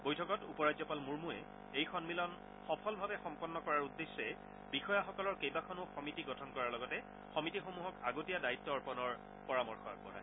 বৈঠকত উপ ৰাজ্যপাল মুৰ্মুৱে এই সম্মিলন সফলভাৱে সম্পন্ন কৰাৰ উদ্দেশ্যে বিষয়াসকলৰ কেইবাখনো সমিতি গঠন কৰাৰ লগতে সমিতিসমূহক আগতীয়া দায়িত্ব অৰ্পনৰ পৰামৰ্শ আগবঢ়ায়